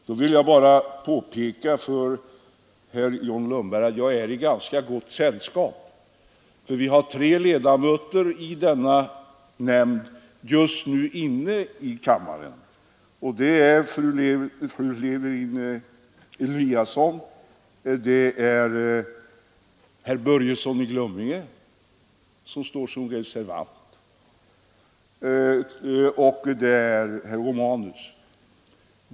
Då vill jag bara påpeka att jag i så fall är i ganska gott sällskap — tre ledamöter i denna nämnd är just nu inne i kammaren. Det är fru Lewén-Eliasson, det är herr Börjesson i Glömminge, som står som reservant, och det är herr Romanus.